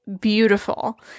beautiful